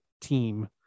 team